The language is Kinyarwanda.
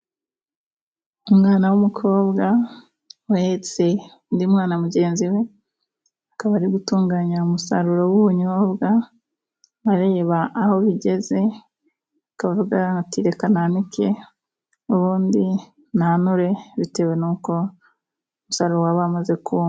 Umwana w'umukobwa uhetse undi mwana mugenzi we, akaba ari gutunganya umusaruro w'ubunyobwa, areba aho bigeze, akavuga ati reka nanike, ubundi nanure bitewe nuko umusaro uraba umaze kuma.